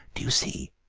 do you see,